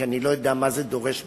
כי אני לא יודע מה זה דורש בדיקה,